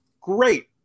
Great